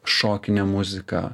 šokinė muzika